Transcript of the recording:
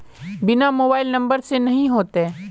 बिना mobile number से नहीं होते?